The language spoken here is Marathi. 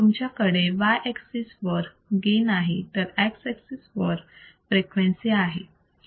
तुमच्याकडे वाय एक्सिस वर गेन आहे तर एक्स एक्सिस वर फ्रिक्वेन्सी आहे